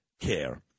care